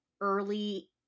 early